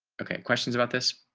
okay. questions about this.